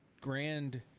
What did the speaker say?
grand